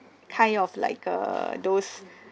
kind of like err those